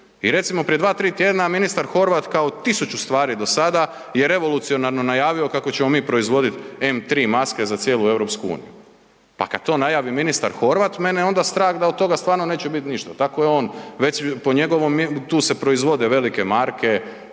I recimo prije 2-3 tjedna ministar Horvat kao tisuću stvari do sada je revolucionarno najavio kako ćemo mi proizvodit M3 maske za cijelu EU. Pa kad to najavi ministar Horvat mene onda strah da od toga stvarno neće bit ništa. Tako je on, po njegovom tu se proizvode velike marke,